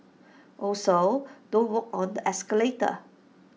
also don't walk on the escalator